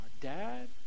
Dad